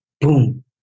Boom